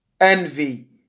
envy